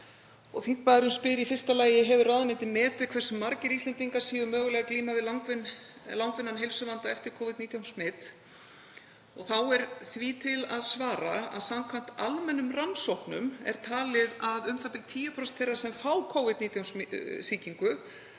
Þingmaðurinn spyr í fyrsta lagi: Hefur ráðuneytið metið hversu margir Íslendingar séu mögulega að glíma við langvinnan heilsuvanda eftir Covid-19 smit? Þá er því til að svara að samkvæmt almennum rannsóknum er talið að u.þ.b. 10% þeirra sem fá Covid-19 sýkingu